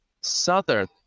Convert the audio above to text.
southern